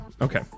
okay